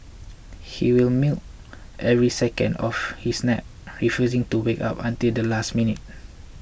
he will milk every second out of his nap refusing to wake up until the last minute